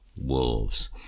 wolves